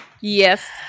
yes